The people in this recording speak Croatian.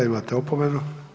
Imate opomenu.